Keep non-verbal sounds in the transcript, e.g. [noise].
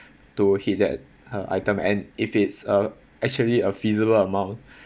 to hit that uh item and if it's a actually a feasible amount [breath]